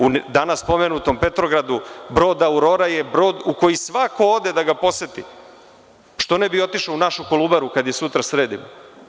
U danas spomenutom Petrogradu, brod Aurora je brod u koji svako ode da ga poseti, što ne bi otišao u našu Kolubaru, kada je sutra sredimo.